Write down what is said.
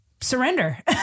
surrender